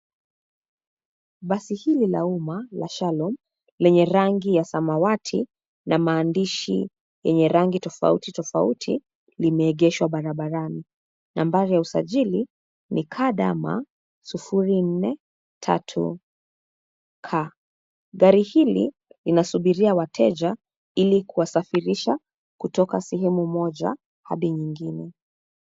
Basi hili la umma la Shalom lenye rangi ya samwati na maandishi yenye rangi tofauti tofauti, limeegeshwa barabarani. Nambari ya usajili ni KDM 043K . Gari hili linasubiria wateja ili kuwasafirisha kutoka sehemu moja hadi nyingine.